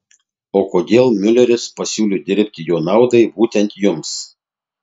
o kodėl miuleris pasiūlė dirbti jo naudai būtent jums